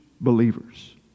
believers